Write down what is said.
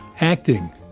acting